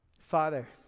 Father